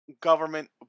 government